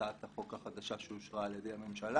הצעת החוק החדשה שאושרה על ידי הממשלה.